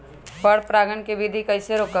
पर परागण केबिधी कईसे रोकब?